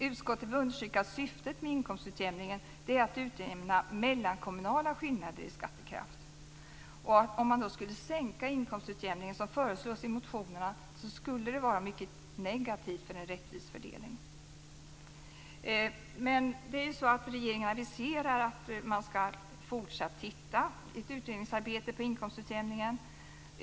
Utskottet vill understryka att syftet med inkomstutjämningen är att utjämna mellankommunala skillnader i skattekraft. Att sänka inkomstutjämningen, som föreslås i motionerna, skulle vara mycket negativt för en rättvis fördelning. Regeringen har aviserat att man skall fortsätta att se över utredningsarbetet om inkomstutjämningen.